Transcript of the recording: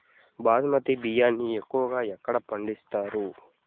బాస్మతి బియ్యాన్ని ఎక్కువగా ఎక్కడ పండిస్తారు?